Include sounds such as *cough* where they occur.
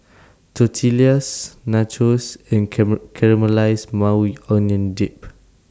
Tortillas Nachos and *unintelligible* Caramelized Maui Onion Dip